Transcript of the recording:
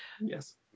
Yes